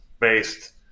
based